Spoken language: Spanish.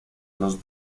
los